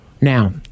Now